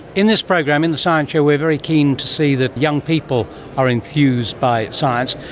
in this program, in the science show we are very keen to see that young people are enthused by science.